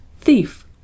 Thief